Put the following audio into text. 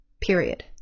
period